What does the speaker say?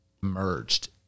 merged